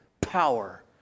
power